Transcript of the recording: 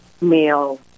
meal